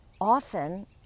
often